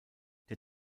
der